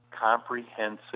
comprehensive